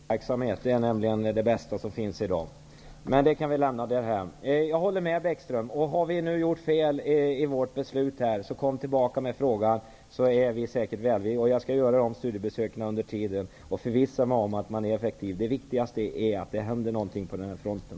Herr talman! Jo, det finns ett verk som man kan tjäna mer pengar på. Det är det som bedriver flyktingverksamhet. Det är nämligen det bästa som finns i dag. Men det kan vi lämna därhän. Jag håller med Lars Bäckström. Har vi gjort fel i vårt beslut så kom tillbaka med frågan. Vi skall säkert vara välvilliga. Jag skall göra studiebesöken under tiden och förvissa mig om att man är effektiv. Det viktigaste är att det händer någonting på den här fronten.